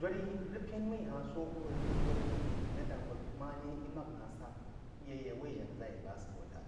Dōdrí rəg pēn mmi ha-hn sō hwūb rəg dod mmú n rəg daing bəg ma-né í mák na asārá i ya ‘ye wai jánáʒa yi bá sə bo dā.